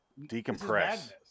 decompress